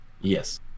yes